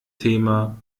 thema